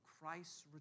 Christ's